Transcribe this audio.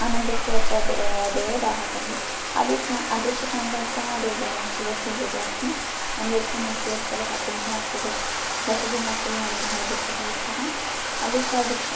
अनन्तस्य च देवः देवताः सन्ति अपि च अदृश्यसङ्कल्पनारूपेण शिवस्य पूजा अस्ति मन्दिरस्य मुख्योत्सवः कुम्भवासे दश दशदिनास्मि यावत् भवति सः उत्साहः अपि च वृक्षः